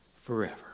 forever